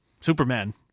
superman